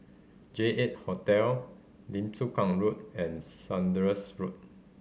J Eight Hotel Lim Chu Kang Road and Saunders Road